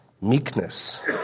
meekness